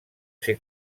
ser